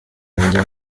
intege